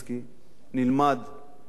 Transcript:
נלמד את תורתו.